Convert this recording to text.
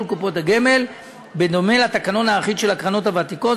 קופות הגמל בדומה לתקנון האחיד של הקרנות הוותיקות,